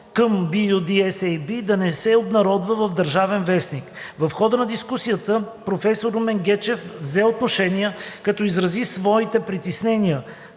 BU-D-SAB да не се обнародва в „Държавен вестник“. В хода на дискусията професор Румен Гечев взе отношение, като изрази своите притеснения,